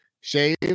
shave